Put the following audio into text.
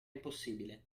impossibile